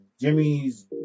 Jimmy's